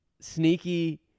sneaky